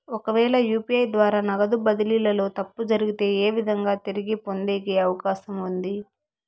ఒకవేల యు.పి.ఐ ద్వారా నగదు బదిలీలో తప్పు జరిగితే, ఏ విధంగా తిరిగి పొందేకి అవకాశం ఉంది?